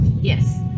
Yes